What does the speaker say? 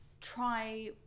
try